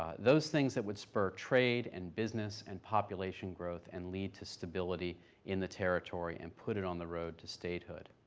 those things that would spur trade and business and population growth and lead to stability in the territory and put it on the road to statehood.